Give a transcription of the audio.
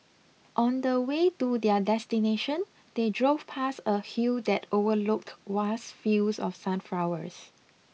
on the way to their destination they drove past a hill that overlooked vast fields of sunflowers